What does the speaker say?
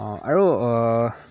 আৰু